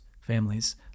families